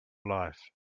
life